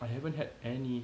I haven't had any